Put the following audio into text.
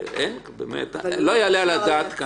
האלוהים שלך ושלי הוא אותו דבר.